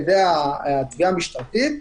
על ידי התביעה המשטרתית,